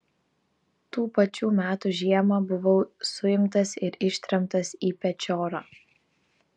tų pačių metų žiemą buvau suimtas ir ištremtas į pečiorą